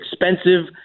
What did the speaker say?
expensive